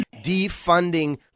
defunding